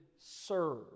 serve